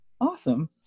Awesome